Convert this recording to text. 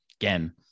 again